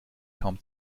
kaum